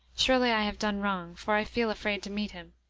surely i have done wrong, for i feel afraid to meet him.